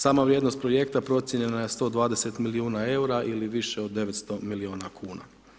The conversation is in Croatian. Sama vrijednost Projekta procijenjena je 120 milijuna EUR-a ili više od 900 milijuna kuna.